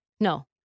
No